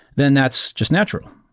then that's just natural.